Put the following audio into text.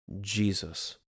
Jesus